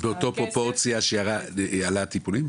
באותה פרופורציה שעלו הטיפולים?